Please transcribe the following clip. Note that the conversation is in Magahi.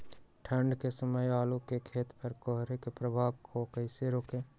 ठंढ के समय आलू के खेत पर कोहरे के प्रभाव को कैसे रोके?